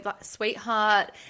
sweetheart